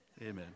Amen